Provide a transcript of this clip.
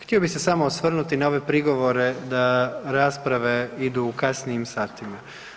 Htio bih se samo osvrnuti na ove prigovore da rasprave idu u kasnijim satima.